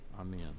Amen